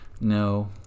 No